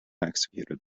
executed